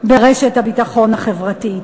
ברשת הביטחון החברתית.